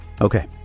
Okay